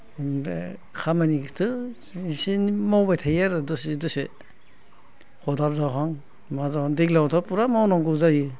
ओमफ्राय खामानिखौथ' इसे एनै मावबाय थायो आरो दसे दसे खदाल जावहां मा जावहां दैज्लांआवथ' फुरा मावनांगौ जायो